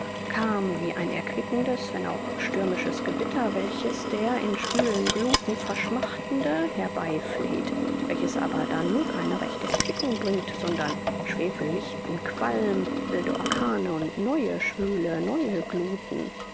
kam wie ein erquickendes wenn auch stürmisches gewitter welches der in schwülen gluthen verschmachtende herbeifleht welches aber dann keine rechte erquickung bringt sondern schwefelichten qualm wilde orkane und neue schwüle neue gluthen